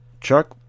chuck